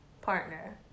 partner